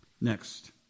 Next